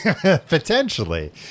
Potentially